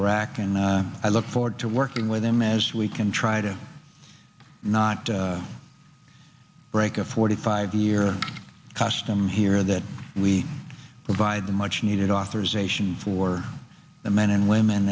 iraq and i look forward to working with them as we can try to not break a forty five year cost i'm here that we provide a much needed authorization for the men and women